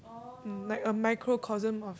like a microcosm of